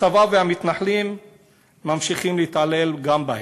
הצבא והמתנחלים ממשיכים להתעלל גם בהם.